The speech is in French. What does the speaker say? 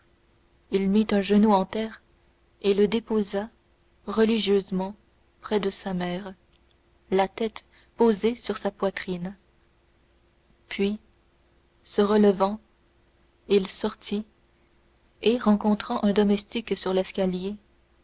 il mit un genou en terre et le déposa religieusement près de sa mère la tête posée sur sa poitrine puis se relevant il sortit et rencontrant un domestique sur l'escalier